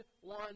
one